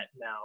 now